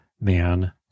man